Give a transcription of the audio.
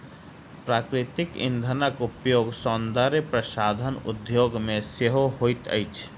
प्राकृतिक इंधनक उपयोग सौंदर्य प्रसाधन उद्योग मे सेहो होइत अछि